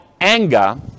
anger